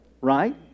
right